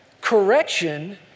Correction